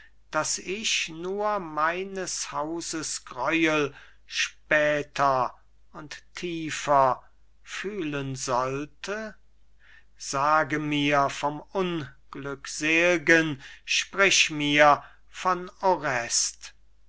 daß ich nur meines hauses gräuel später und tiefer fühlen sollte sage mir vom unglücksel'gen sprich mir von